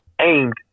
aimed